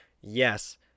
yes